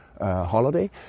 holiday